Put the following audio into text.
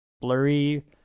blurry